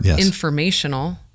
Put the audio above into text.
informational